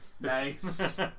nice